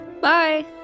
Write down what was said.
Bye